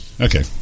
Okay